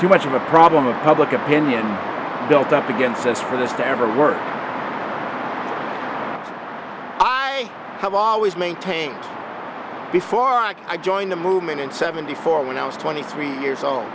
too much of a problem of public opinion built up against us for this terrible work i have always maintained before i joined the movement in seventy four when i was twenty three years old